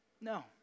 No